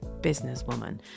businesswoman